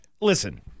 listen